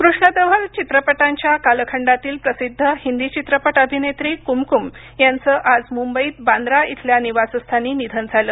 कृष्णधवल चित्रपटांच्या कालखंडातील प्रसिद्ध हिंदी चित्रपट अभिनेत्री कुमकुम यांच आज मुंबईत बांद्रा इथल्या निवासस्थानी निधन झालं